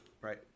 right